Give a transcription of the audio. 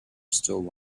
still